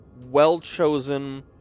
well-chosen